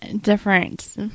different